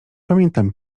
pamiętam